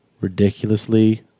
ridiculously